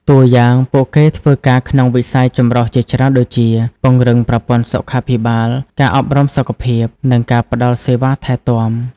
តួយ៉ាងពួកគេធ្វើការក្នុងវិស័យចម្រុះជាច្រើនដូចជា ពង្រឹងប្រព័ន្ធសុខាភិបាល ការអប់រំសុខភាព និងការផ្តល់សេវាថែទាំ។